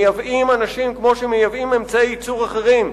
מייבאים אנשים כמו שמייבאים אמצעי ייצור אחרים,